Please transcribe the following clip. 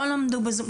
לא למדו בזום.